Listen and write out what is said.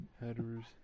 headers